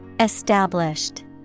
established